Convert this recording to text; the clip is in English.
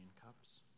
cups